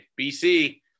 BC